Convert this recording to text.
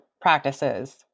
practices